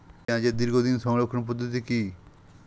পেঁয়াজের দীর্ঘদিন সংরক্ষণ পদ্ধতি কি?